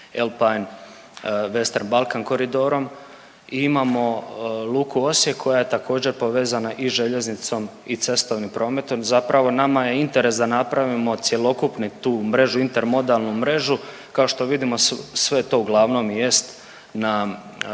Alpine-Western Balkan koridorom i imamo Luku Osijek koja je također, povezana i željeznicom i cestovnim prometom, zapravo, nama je interes da napravimo cjelokupni tu mrežu, intermodalnu mrežu. Kao što vidimo, sve to uglavnom i jest